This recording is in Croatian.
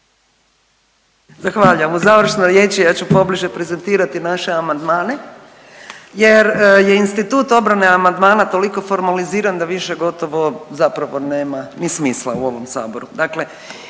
Zahvaljujem. U završnoj riječi ja ću pobliže prezentirati naše amandmane jer je institut obrane amandmana toliko formaliziran da više gotovo zapravo nema ni smisla u ovom saboru.